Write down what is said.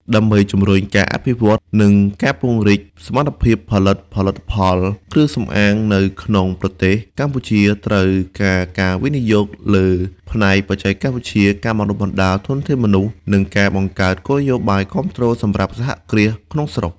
ដើម្បីជំរុញការអភិវឌ្ឍន៍ និងការពង្រីកសមត្ថភាពផលិតផលិតផលគ្រឿងសម្អាងនៅក្នុងប្រទេស កម្ពុជាត្រូវការការវិនិយោគលើផ្នែកបច្ចេកវិទ្យា ការបណ្ដុះបណ្ដាលធនធានមនុស្ស និងការបង្កើតគោលនយោបាយគាំទ្រសម្រាប់សហគ្រាសក្នុងស្រុក។